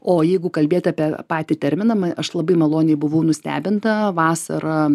o jeigu kalbėt apie patį terminą aš labai maloniai buvau nustebinta vasarą